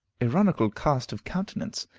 ironical cast of countenance.